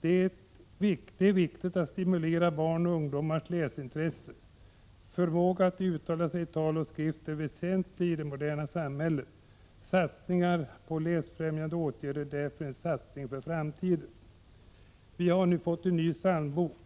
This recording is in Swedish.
Det är viktigt att stimulera barns och ungdomars läsintresse. Förmågan att uttala sig i tal och skrift är väsentlig i det moderna samhället. Satsningar på läsfrämjande åtgärder är därför en satsning för framtiden. Vi har nu fått en ny psalmbok,